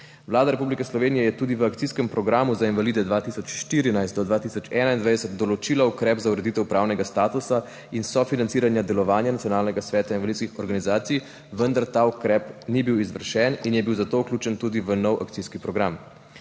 Vlada Republike Slovenije je tudi v Akcijskem programu za invalide 2014–2021 določila ukrep za ureditev pravnega statusa in sofinanciranja delovanja Nacionalnega sveta invalidskih organizacij, vendar ta ukrep ni bil izvršen in je bil zato vključen v nov akcijski program.